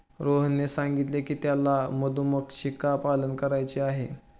रोहनने सांगितले की त्याला मधुमक्षिका पालन करायचे आहे